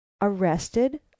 Arrested